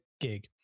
gig